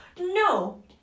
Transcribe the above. no